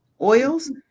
Oils